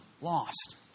lost